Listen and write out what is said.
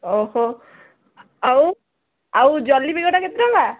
ଓହୋ ଆଉ ଆଉ ଜଲେବି ଗୋଟା କେତେ ଟଙ୍କା